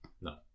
No